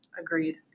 Agreed